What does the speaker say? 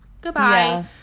goodbye